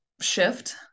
shift